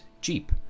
Jeep